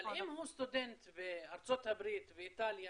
אבל אם הוא סטודנט בארצות הברית ואיטליה